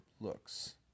looks